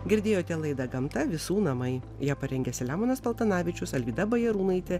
girdėjote laidą gamta visų namai ją parengė selemonas paltanavičius alvyda bajarūnaitė